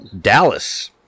Dallas